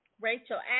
Rachel